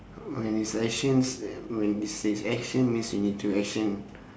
when it's actions and when it says action means you need to action